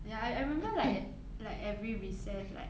ya I I remember like like every recess like